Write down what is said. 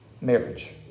Marriage